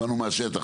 באנו מהשטח,